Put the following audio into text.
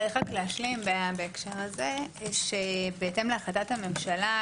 צריך רק להשלים בהקשר הזה שבהתאם להחלטת הממשלה,